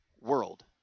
world